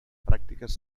pràctiques